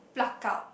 pluck out